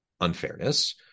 unfairness